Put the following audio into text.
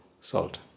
salt